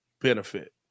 benefit